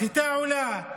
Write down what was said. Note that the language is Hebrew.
החיטה עולה,